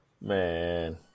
Man